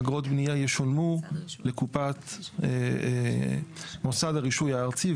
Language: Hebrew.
אגרות בניה ישולמו לקופת מוסד הרישוי הארצי,